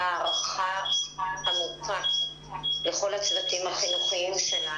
הערכה עמוקה לכל הצוותים החינוכיים,